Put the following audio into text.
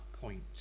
point